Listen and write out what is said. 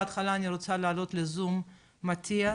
בהתחלה אני רוצה להעלות לזום את מטיאס.